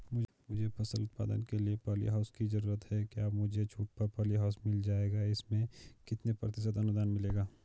मुझे फसल उत्पादन के लिए प ॉलीहाउस की जरूरत है क्या मुझे छूट पर पॉलीहाउस मिल जाएगा इसमें कितने प्रतिशत अनुदान मिलेगा?